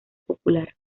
popular